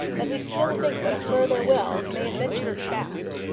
that we still think that a further will may eventually be found?